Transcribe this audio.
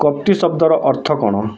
କପଟୀ ଶବ୍ଦର ଅର୍ଥ କ'ଣ